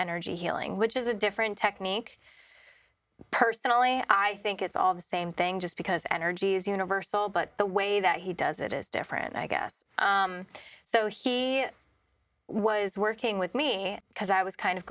energy healing which is a different technique personally i think it's all the same thing just because energy is universal but the way that he does it is different i guess so he was working with me because i was kind of